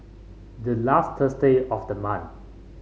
the last Thursday of the month